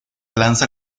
lanza